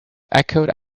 echoed